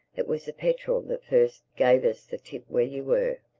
it was the petrel that first gave us the tip where you were.